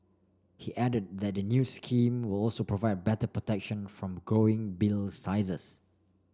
he added that the new scheme will also provide better protection from growing bill sizes